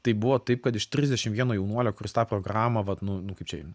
tai buvo taip kad iš trisdešim vieno jaunuolio kuris tą programą vat nu nu kaip čia